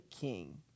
King